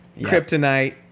Kryptonite